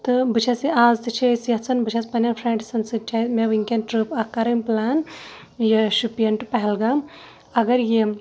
تہٕ بہٕ چھَس یہِ اَز تہِ چھِ أسۍ یَژان بہٕ چھَس پنٛنٮ۪ن فرٛٮ۪نٛڈسَن سۭتۍ چاہے مےٚ وٕنۍکٮ۪ن ٹٕرٛپ اَکھ کَرٕنۍ پٕلین یہِ شُپیَن ٹُہ پہلگام اگر یِم